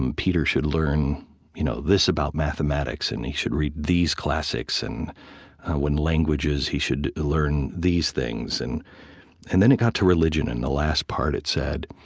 um peter should learn you know this about mathematics, and he should read these classics, classics, and when languages he should learn these things. and and then it got to religion. in the last part, it said,